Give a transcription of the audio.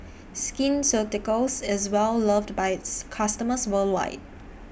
Skin Ceuticals IS Well loved By its customers worldwide